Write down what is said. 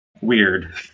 weird